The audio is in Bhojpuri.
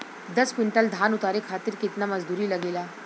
दस क्विंटल धान उतारे खातिर कितना मजदूरी लगे ला?